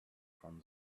from